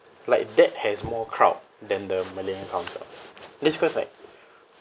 like that has more crowd than the malayan council that's cause like